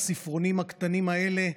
הספרונים הקטנים האלה,